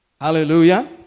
Hallelujah